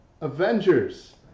avengers